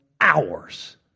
hours